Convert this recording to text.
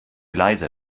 leiser